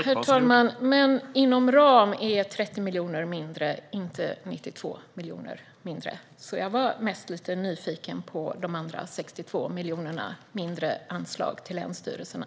Herr talman! "Inom ram" är 30 miljoner mindre, inte 92 miljoner mindre. Jag är mest nyfiken på de andra 62 miljonerna mindre i anslag till länsstyrelserna.